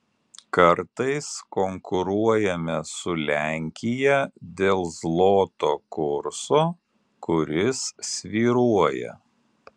kartais konkuruojame su lenkija dėl zloto kurso kuris svyruoja